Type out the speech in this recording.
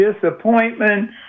disappointment